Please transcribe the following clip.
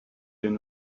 den